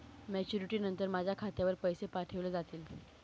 Maturity नंतर माझ्या खात्यावर पैसे पाठविले जातील?